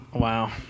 Wow